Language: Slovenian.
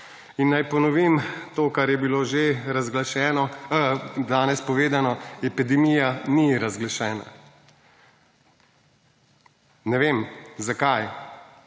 in naj ponovim to, kar je bilo že danes povedano epidemija ni razglašena. Ne vem zakaj,